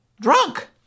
drunk